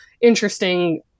interesting